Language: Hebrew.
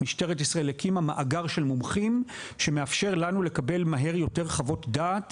משטרת ישראל הקימה מאגר של מומחים שמאפשר לנו לקבל מהר יותר חוות דעת